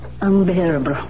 unbearable